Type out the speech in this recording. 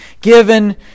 given